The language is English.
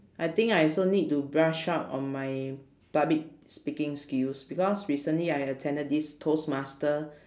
I think I also need to brush up on my public speaking skills because recently I attended this toast master